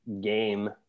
game